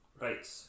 Right